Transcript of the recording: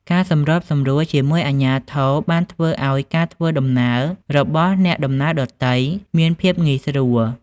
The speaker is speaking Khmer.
ការសម្របសម្រួលជាមួយអាជ្ញាធរបានធ្វើឱ្យការធ្វើដំណើររបស់អ្នកដំណើរដទៃមានភាពងាយស្រួល។